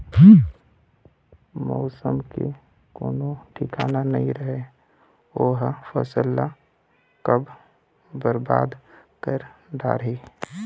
मउसम के कोनो ठिकाना नइ रहय ओ ह फसल ल कब बरबाद कर डारही